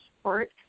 support